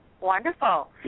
Wonderful